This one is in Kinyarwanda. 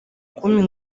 kumpa